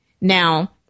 Now